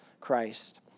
Christ